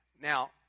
Now